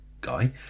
guy